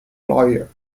lawyer